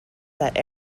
that